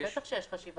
זה לא שלא